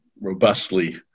robustly